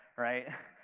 right?